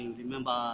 remember